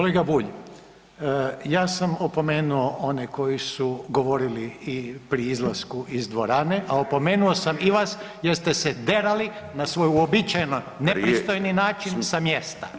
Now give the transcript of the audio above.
Kolega Bulj, ja sam opomenuo one koji su govorili i pri izlasku iz dvorane, a opomenuo sam i vas jer ste se derali na svoj neuobičajen nepristojni način sa mjesta.